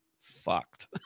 fucked